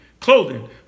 Clothing